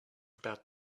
about